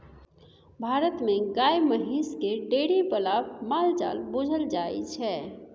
भारत मे गाए महिष केँ डेयरी बला माल जाल बुझल जाइ छै